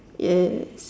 ya